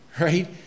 right